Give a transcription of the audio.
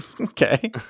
Okay